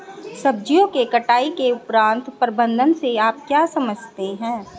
सब्जियों के कटाई उपरांत प्रबंधन से आप क्या समझते हैं?